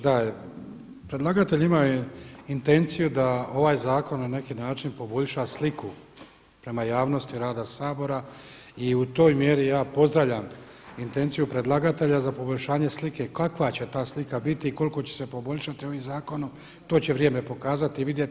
Da, predlagatelj ima intenciju da ovaj zakon na neki način poboljša sliku prema javnosti rada Sabora i u toj mjeri ja pozdravljam intenciju predlagatelja za poboljšanje slike, kakva će ta slika biti i koliko će se poboljšati ovim zakonom, to će vrijeme pokazati i vidjeti.